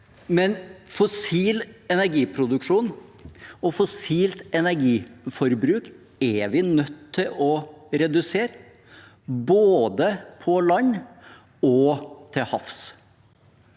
det. Fossil energiproduksjon og fossilt energiforbruk er vi nødt til å redusere både på land og til havs.